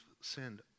sinned